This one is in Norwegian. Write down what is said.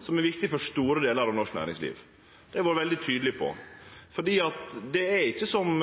som er viktig for store delar av norsk næringsliv. Det har eg vore veldig tydeleg på. Det er ikkje slik som